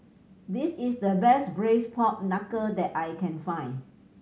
this is the best Braised Pork Knuckle that I can find